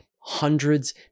hundreds